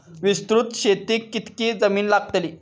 विस्तृत शेतीक कितकी जमीन लागतली?